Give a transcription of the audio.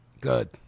Good